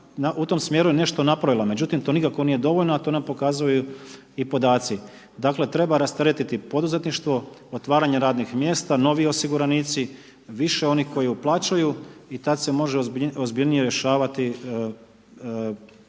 u tom smjeru nešto napravila, međutim to nikako nije dovoljno, a to nam pokazuju i podaci. Dakle treba rasteretiti poduzetništvo, otvaranje radnih mjesta, novi osiguranici, više onih koji uplaćuju i tad se može ozbiljnije rješavati pitanje